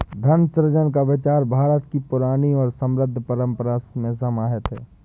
धन सृजन का विचार भारत की पुरानी और समृद्ध परम्परा में समाहित है